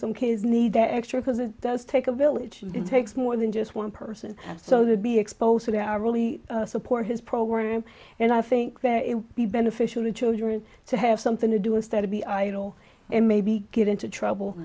some kids need that extra because it does take a village it takes more than just one person so they be exposed to i really support his program and i think there it would be beneficial to children to have something to do instead to be idle and maybe get into trouble